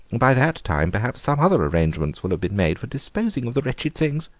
by that time perhaps some other arrangements will have been made for disposing of the wretched things.